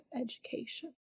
education